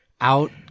out